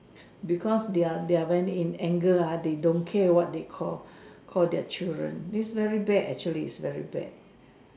because they're they're venting in anger they don't care what they call call their children is very bad actually is very bad